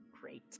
Great